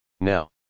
Now